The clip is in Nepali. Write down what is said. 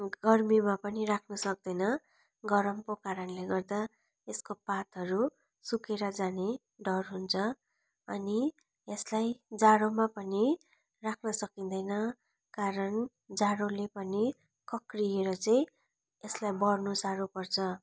गर्मीमा पनि राख्नु सक्दैन गरमको कारणले गर्दा यसको पातहरू सुकेर जाने डर हुन्छ अनि यसलाई जाडोमा पनि राख्न सकिँदैन कारण जाडोले पनि कक्रिएर चाहिँ यसलाई बढ्नु साह्रो पर्छ